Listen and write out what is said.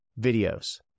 videos